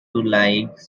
like